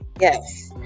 yes